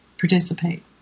participate